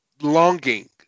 longing